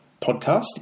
podcast